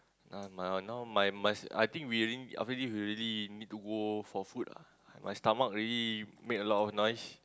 !huh! now my must I think we really after this we really need to go for food ah my stomach already make a lot of noise